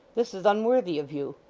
this is unworthy of you.